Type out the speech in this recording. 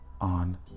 on